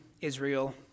Israel